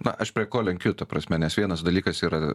na aš prie ko lenkiu ta prasme nes vienas dalykas yra